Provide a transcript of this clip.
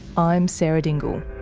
i'm sarah dingle.